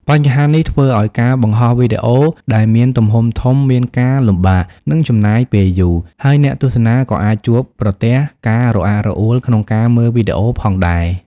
បញ្ហានេះធ្វើឲ្យការបង្ហោះវីដេអូដែលមានទំហំធំមានការលំបាក និងចំណាយពេលយូរ ហើយអ្នកទស្សនាក៏អាចជួបប្រទះការរអាក់រអួលក្នុងការមើលវីដេអូផងដែរ។